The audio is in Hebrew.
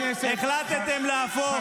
קטי, תתפטרי.